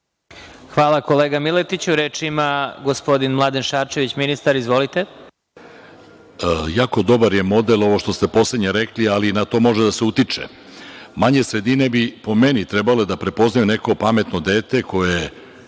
Hvala, kolega Miletiću. Reč ima ministar, gospodin Mladen Šarčević. Izvolite. **Mladen Šarčević** Jako dobar je model ovo što ste poslednje rekli, ali na to može da se utiče. Manje sredine bi, po meni, trebale da prepoznaju neko pametno dete koje